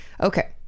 Okay